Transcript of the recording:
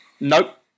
nope